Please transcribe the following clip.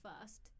first